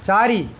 ଚାରି